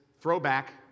Throwback